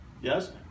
yes